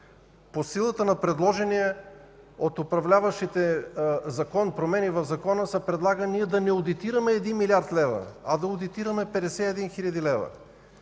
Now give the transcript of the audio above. По силата на предложените от управляващите промени в закона се предлага ние да не одитираме 1 млрд. лв., а да одитираме 51 хил. лв.